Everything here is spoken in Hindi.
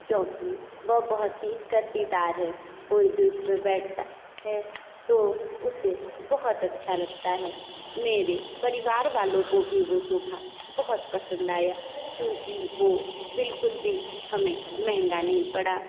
क्योंकि वो बहुत ही गद्देदार है कोई भी उसपे बैठता है तो उसे बहुत अच्छा लगता है मेरे परिवार वालों को भी वो सोफ़ा बहुत पसंद आया क्योंकि वो बिल्कुल भी हमें महँगा नहीं पड़ा